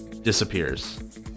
Disappears